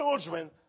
children